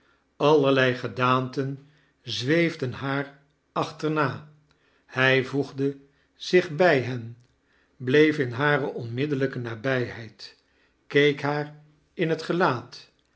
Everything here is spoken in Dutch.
alierlei gedaanten zweefden haar achterna hij voegde zich bij hen bleef in hare onmiddellijke nabijheid keek haar in het gelaat